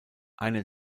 eine